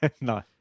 no